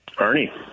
Ernie